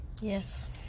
yes